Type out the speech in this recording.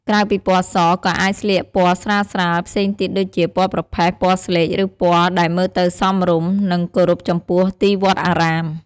ក្រៅពីពណ៌ស ក៏អាចស្លៀកពណ៌ស្រាលៗផ្សេងទៀតដូចជា ពណ៌ប្រផេះ ពណ៌ស្លេក ឬពណ៌ ដែលមើលទៅសមរម្យ និងគោរពចំពោះទីវត្តអារាម។